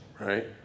right